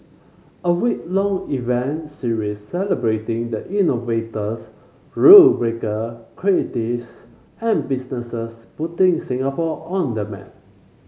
a week long event series celebrating the innovators rule breaker creatives and businesses putting Singapore on the map